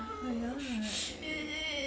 ah ya